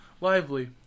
Lively